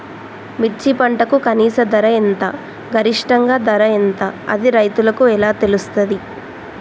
మిర్చి పంటకు కనీస ధర ఎంత గరిష్టంగా ధర ఎంత అది రైతులకు ఎలా తెలుస్తది?